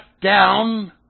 down